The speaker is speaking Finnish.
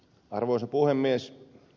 arvoisa puhemies